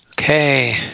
Okay